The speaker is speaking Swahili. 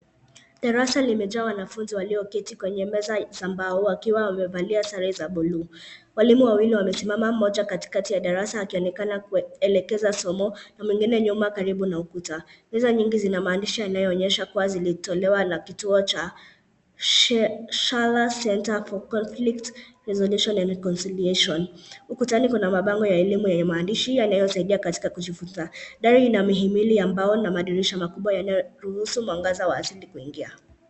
Darasa limejaa wanafunzi walioketi kwenye meza za mbao wakiwa wamevalia sare za buluu. Walimu wawili wamesimama, mmoja katikati ya darasa, akionekana kuelekeza somo na mwengine nyuma karibu na ukuta. Meza nyingi zina maandishi yanayoonyesha kuwa zilitolewa la kituo cha Shala Centre For Conflict Resolution and Reconciliation. Ukutani kuna mabango ya elimu yenye maandishi yanayosaidia katika kujifunza. Dari ina mhimili ya mbao na madirisha makubwa yanayoruhusu mwangaza wa asili kuingia.